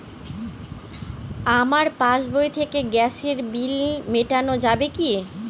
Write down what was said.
আমার পাসবই থেকে গ্যাসের বিল মেটানো যাবে কি?